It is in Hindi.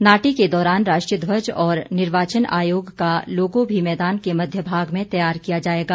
नाटी के दौरान राष्ट्रीय ध्वज और निर्वाचन आयोग का लोगो भी मैदान के मध्य भाग में तैयार किया जाएगा